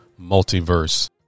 multiverse